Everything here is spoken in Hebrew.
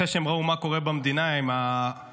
אחרי שהם ראו מה קורה במדינה עם ההפיכה